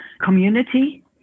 community